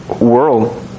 world